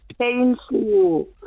painful